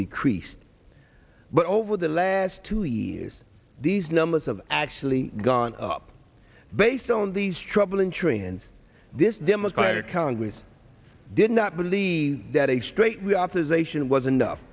decreased but over the last two years these numbers of actually gone up based on these troubling trends this democratic congress did not believe that a straight